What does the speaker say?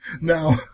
Now